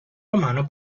romano